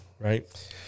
Right